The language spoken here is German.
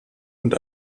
und